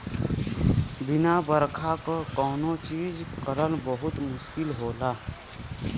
बिना बरखा क कौनो चीज करल बहुत मुस्किल होला